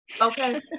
Okay